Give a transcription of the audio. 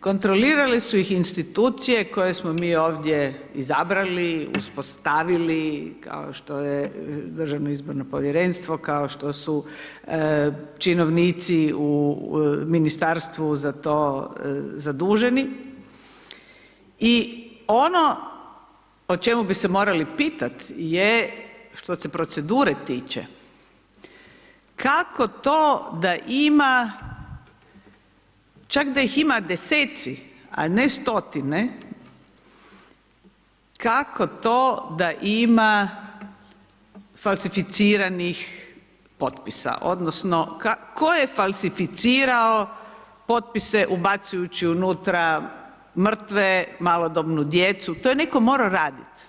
kontrolirale su ih institucije, koje smo mi ovdje izabrali, ispostavili, kao što je Državno izborno povjerenstvo, kao što su činovnici u ministarstvu za to zaduženi i ono o čemu bi se morali pitati, je što se procedure tiče, kako to da ima čak da ih ima deseci, a ne stotine, kako to da ima falsificiranih potpisa, odnosno, tko je falsificirao potpise ubacujući unutra, mrtve, malodobnu djecu, to je netko morao raditi.